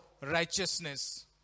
righteousness